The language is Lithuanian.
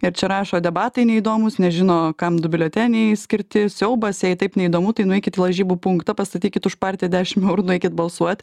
ir čia rašo debatai neįdomūs nežino kam du biuleteniai skirti siaubas jei taip neįdomu tai nueikit į lažybų punktą pastatykit už partiją dešim eurų nueikit balsuot